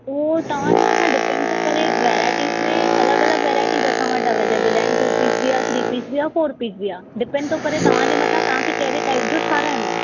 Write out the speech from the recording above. उहो तव्हांजे मथां डिपैंड थो करे वराइटीज़ में अलॻि अलॻि वराइटीज़ असां वटि अवेलेबल आहिनि टू पीस बि आहे थ्री पीस बि आहे फोर पीस बि आहे डिपैंड थो करे तव्हांजे मथां तव्हांखे कहिड़े टाइप जो ठारायणो आहे